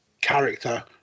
character